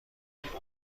نداشته